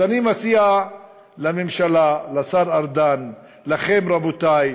אז אני מציע לממשלה, לשר ארדן, לכם, רבותי,